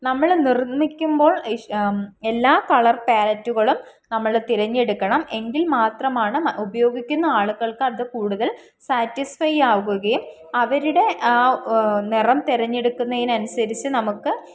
നമ്മൾ നിർമ്മിക്കുമ്പോൾ എല്ലാ കളർ പാലറ്റുകളും നമ്മൾ തിരഞ്ഞെടുക്കണം എങ്കിൽ മാത്രമാണ് ഉപയോഗിക്കുന്ന ആളുകൾക്ക് അത് കൂടുതൽ സാറ്റിസ്ഫൈ ആവുകയും അവരുടെ ആ നിറം തിരഞ്ഞെടുക്കുന്നതിനനുസരിച്ച് നമുക്ക്